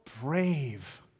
brave